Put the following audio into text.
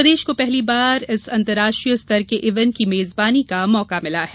प्रदेश को पहली बार इस अंतर्राष्ट्रीय स्तर के ईवेंट की मेजबानी का मौका मिला है